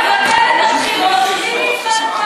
בואו נבטל את הבחירות, כל שבוע אתה מחוקק חוק.